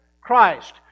Christ